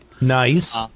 Nice